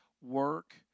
work